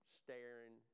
staring